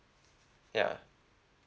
ya